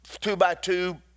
two-by-two